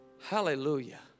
Hallelujah